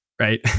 right